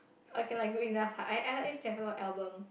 okay lah good enough I used to have a lot of album